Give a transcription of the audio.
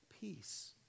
peace